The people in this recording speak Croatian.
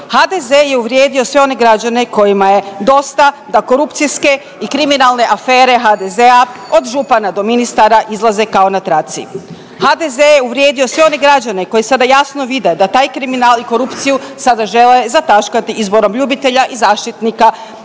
HDZ je uvrijedio sve one građene kojima je dosta da korupcijske i kriminalne afere HDZ-a od župana do ministara izlaze kao na traci. HDZ je uvrijedio sve one građene koji sada jasno vide da taj kriminal i korupciji sada žele zataškati izborom ljubitelja i zaštitnika kriminalaca